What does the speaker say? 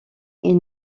ils